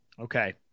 okay